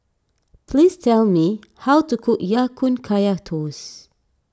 please tell me how to cook Ya Kun Kaya Toast